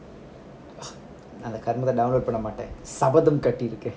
அந்த கருமத்தை:antha karumathai download பண்ண மாட்டேன் சபதம் கட்டிருக்கேன்:panna maten sabatham katiruken